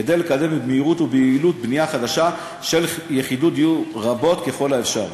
כדי לקדם במהירות וביעילות בנייה חדשה של יחידות דיור רבות ככל האפשר.